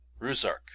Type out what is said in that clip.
Ruzark